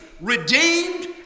redeemed